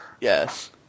Yes